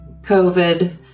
COVID